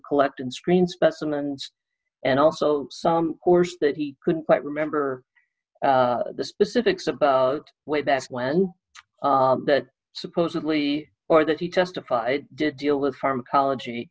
collect and screen specimens and also some course that he couldn't quite remember the specifics about way back when that supposedly or that he testified did deal with pharmacology